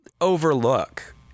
overlook